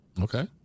Okay